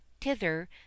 thither